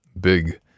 big